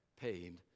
paid